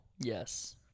Yes